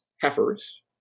heifers